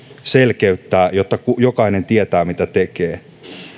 selkeyttää jotta jokainen tietää mitä tekee